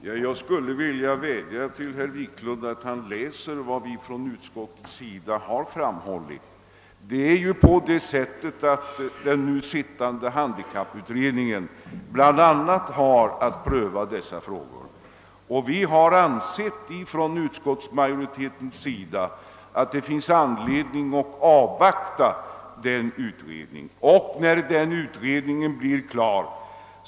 Herr talman! Jag skulle vilja vädja till herr Wiklund i Stockholm att läsa vad vi i utskottet har framhållit. Den sittande handikapputredningen har ju bland annat att pröva dessa frågor, och vi har inom utskottsmajoriteten ansett att det finns anledning att avvakta utredningens resultat.